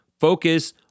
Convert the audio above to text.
focus